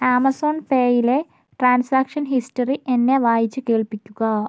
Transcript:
Amazon പേയിലെ transaction history എന്നെ വായിച്ചു കേൾപ്പിക്കുക